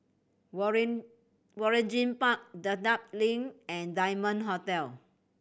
Waring Waringin Park Dedap Link and Diamond Hotel